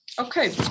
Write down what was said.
okay